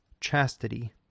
chastity